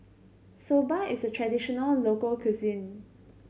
soba is a traditional local cuisine